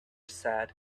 said